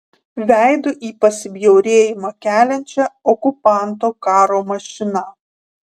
veidu į pasibjaurėjimą keliančią okupanto karo mašiną